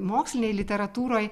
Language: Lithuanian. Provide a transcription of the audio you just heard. mokslinėj literatūroj